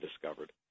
discovered